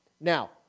Now